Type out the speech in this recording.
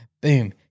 boom